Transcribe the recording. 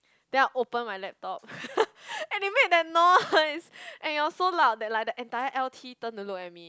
then I open my laptop and it made that noise and it was so loud that like the entire L_T turned to look at me